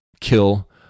kill